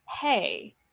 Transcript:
Hey